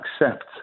accept